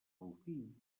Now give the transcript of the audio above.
rufí